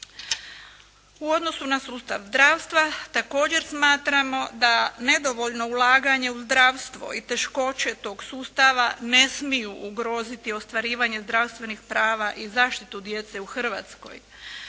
U odnosu na sustav zdravstva također smatramo da nedovoljno ulaganje u zdravstvo i teškoće tog sustava ne smiju ugroziti ostvarivanje zdravstvenih prava i zaštitu djece u Hrvatskoj.